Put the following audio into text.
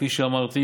כפי שאמרתי,